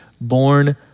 born